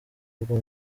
bwa